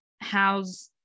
how's